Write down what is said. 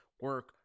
Work